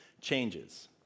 changes